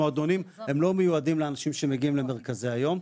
המועדונים הם לא מיועדים לאנשים שמגיעים למרכזי היום.